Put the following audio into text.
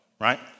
right